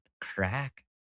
crack